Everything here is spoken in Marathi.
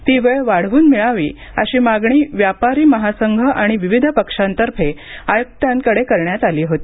ती वेळ वाढवून मिळावी अशी मागणी व्यापारी महासंघ आणि विविध पक्षांतर्फे आयुक्तांकडे करण्यात आली होती